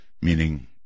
meaning